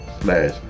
slash